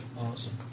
awesome